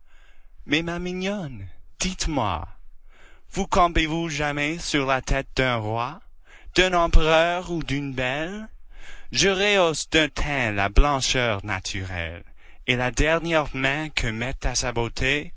mais ma mignonne dites-moi vous campez-vous jamais sur la tête d'un roi d'un empereur ou d'une belle je le fais et je baise un beau sein quand je veux je me joue entre des cheveux je rehausse d'un teint la blancheur naturelle et la dernière main que met à sa beauté